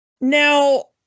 Now